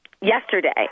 yesterday